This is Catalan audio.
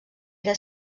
era